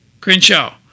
Crenshaw